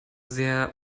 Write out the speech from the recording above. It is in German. sehr